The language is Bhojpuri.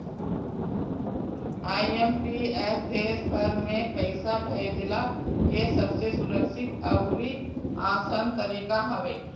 आई.एम.पी.एस देस भर में पईसा भेजला के सबसे सुरक्षित अउरी आसान तरीका हवे